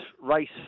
race